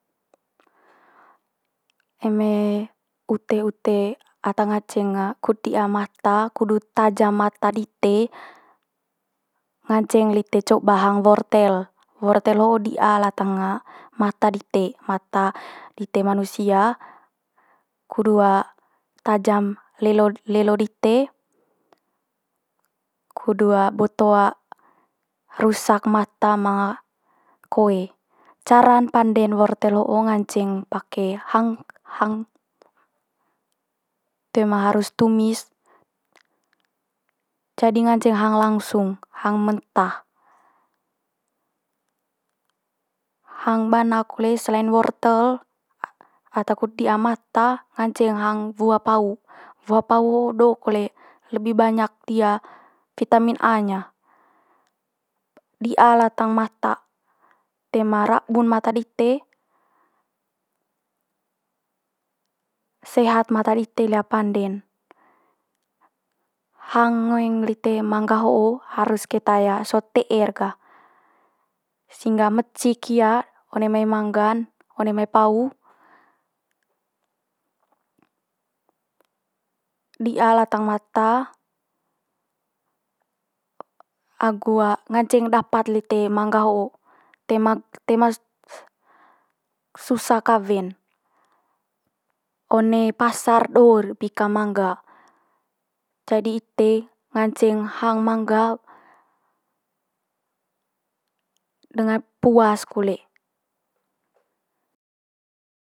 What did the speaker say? eme ute ute ata nganceng kut di'a mata kudut tajam mata dite nganceng lite coba hang wortel. Wortel ho'o di'a latang mata dite, mata dite manusia kudu tajam lelo lelo dite kudu boto rusak mata manga koe. Cara'n pande'n wortel ho'o nganceng pake hang hang toe ma harus tumis jadi ngance hang langsung, hang mentah. Hang bana kole selain wortel a- ata kut di'a mata nganceng hang wua pau. Wua pau ho do kole lebi banyak dia vitamin a- nya, di'a latang mata toe ma rabun mata dite, sehat mata dite lia pande'n. Hang ngoeng lite mangga ho'o harus keta sot te'er ga, sehingga mecik hia one mai mangga'n one mai pau di'a latang mata agu nganceng dapat lite mangga ho'o, toe ma toe ma s- susah kawe'n. One pasar do'r pika mangga, jadi ite ngance hang mangga puas kole.